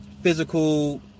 Physical